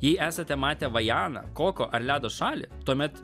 jei esate matę vajaną koko ar ledo šalį tuomet